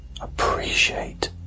appreciate